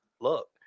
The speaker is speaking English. look